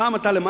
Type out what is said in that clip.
פעם אתה למעלה,